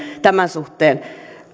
tämän suhteen